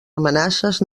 amenaces